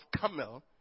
Camel